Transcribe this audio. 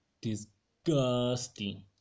disgusting